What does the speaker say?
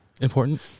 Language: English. important